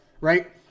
right